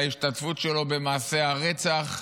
להשתתפות שלו במעשי הרצח,